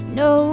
no